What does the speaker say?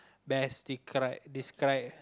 best decri~ describe